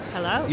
Hello